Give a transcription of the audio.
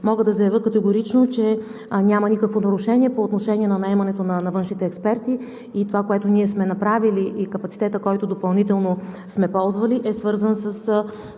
Мога да заявя категорично, че няма никакво нарушение по отношение наемането на външните експерти и това, което ние сме направили, и капацитетът, който допълнително сме ползвали, е свързан с